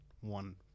one